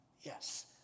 Yes